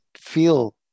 feel